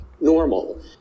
normal